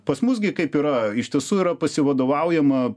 pas mus gi kaip yra iš tiesų yra pasivadovaujama